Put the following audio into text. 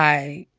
i,